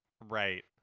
Right